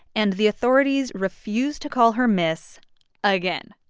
and the authorities refuse to call her miss again.